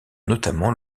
notamment